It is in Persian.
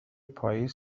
پاییز